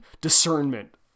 discernment